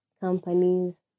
companies